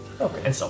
Okay